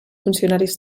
funcionaris